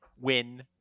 win